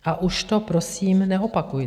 A už to prosím neopakujte.